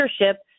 leadership